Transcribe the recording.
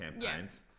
campaigns